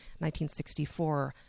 1964